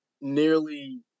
nearly